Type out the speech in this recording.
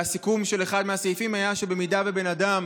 והסיכום של אחד מהסעיפים היה שאם בן אדם